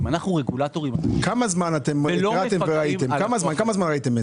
ולבסוף, מהי תוכנית ההפרטה?